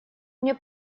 мне